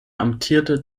amtierte